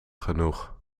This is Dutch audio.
genoeg